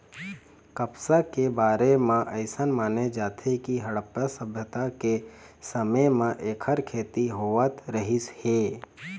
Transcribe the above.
कपसा के बारे म अइसन माने जाथे के हड़प्पा सभ्यता के समे म एखर खेती होवत रहिस हे